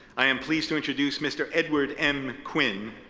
i am pleased to introduce mr. edward m. quinn,